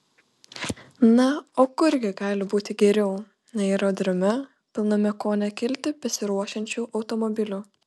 na o kur gi gali būti geriau nei aerodrome pilname ko ne kilti besiruošiančių automobilių